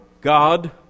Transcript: God